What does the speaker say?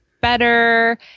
better